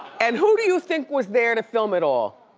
and who do you think was there to film it all?